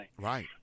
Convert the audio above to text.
Right